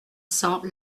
cents